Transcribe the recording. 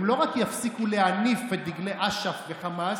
הם לא רק יפסיקו להניף את דגלי אש"ף וחמאס,